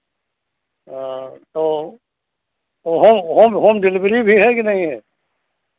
तो तो home home home delivery भी है कि नहीं है